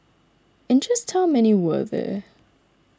and just how many were there